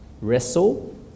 wrestle